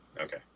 Okay